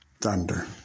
Thunder